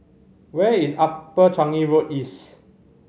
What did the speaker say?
where is Upper Changi Road East